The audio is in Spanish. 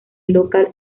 local